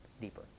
deeper